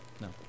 No